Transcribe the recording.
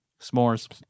S'mores